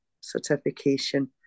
certification